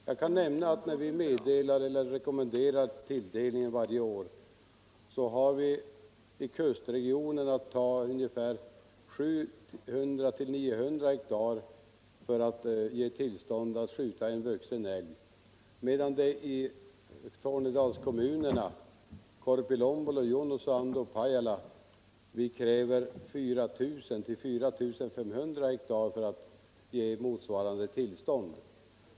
Jag kan nämna att vi när vi årligen gjorde rekommendationer för tilldelningen i kustregionen utgick från ett markområde på 700-900 hektar som underlag för tillstånd att skjuta en vuxen älg medan vi i Tornedalskommunerna —- Korpilombolo, Junosuando och Pajala — krävt 4 000-4 500 hektar för att ge motsvarande tillstånd.